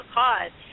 cause